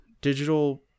Digital